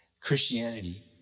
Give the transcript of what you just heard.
Christianity